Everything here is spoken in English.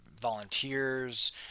volunteers